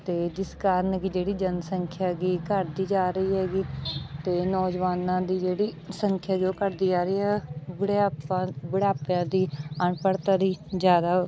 ਅਤੇ ਜਿਸ ਕਾਰਨ ਕਿ ਜਿਹੜੀ ਜਨਸੰਖਿਆ ਹੈਗੀ ਘਟਦੀ ਜਾ ਰਹੀ ਹੈਗੀ ਅਤੇ ਨੌਜਵਾਨਾਂ ਦੀ ਜਿਹੜੀ ਸੰਖਿਆ ਜੋ ਘਟਦੀ ਜਾ ਰਹੀ ਆ ਬੁਢਾਪਾ ਬੁਢਾਪੇ ਦੀ ਅਨਪੜ੍ਹਤਾ ਦੀ ਜ਼ਿਆਦਾ